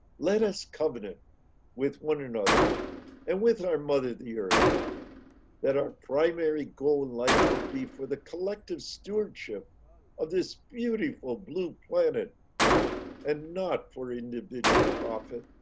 let us covenant with one another and with our mother, the earth that our primary goal in life will be for the collective stewardship of this beautiful blue planet and not for individual profit.